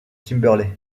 kimberley